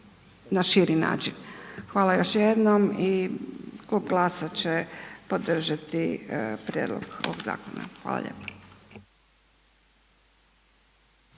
na širi način. Hvala još jednom i klub GLAS-a će podržati prijedlog ovog zakona. Hvala lijepo.